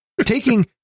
Taking